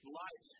life